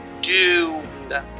doomed